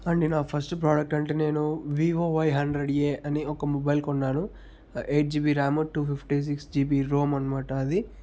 అండీ నా first product అంటే నేను వివోవి హండ్రెడ్ఏ అనే ఒక మొబైల్ కొన్నాను eight GB RAM two fifty six GB ROM అనమాట అది